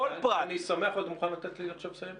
אתה מוכן לתת לי עכשיו לסיים.